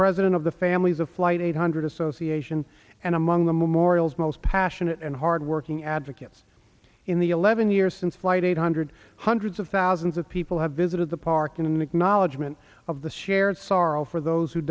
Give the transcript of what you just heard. president of the families of flight eight hundred association and among the memorials most passionate and hardworking advocates in the eleven years since flight eight hundred hundreds of thousands of people have visited the park in an acknowledgement of the shared sorrow for those who